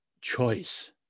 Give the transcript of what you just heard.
choice